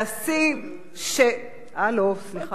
והשיא היה